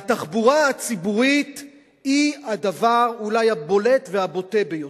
והתחבורה הציבורית היא הדבר אולי הבולט והבוטה ביותר.